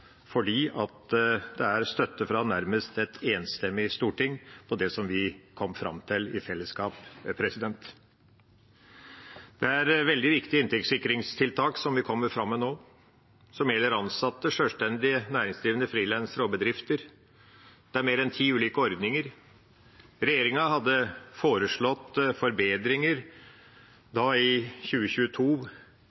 det er støtte fra nærmest et enstemmig storting til det som vi kom fram til i fellesskap. Det er veldig viktige inntektssikringstiltak som vi kommer med nå, som gjelder ansatte, sjølstendig næringsdrivende, frilansere og bedrifter. Det er mer enn ti ulike ordninger. Regjeringa hadde foreslått forbedringer